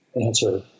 answer